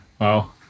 wow